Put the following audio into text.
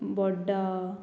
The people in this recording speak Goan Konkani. बोड्डा